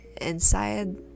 inside